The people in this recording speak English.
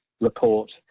report